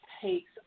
takes